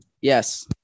Yes